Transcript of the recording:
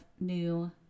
New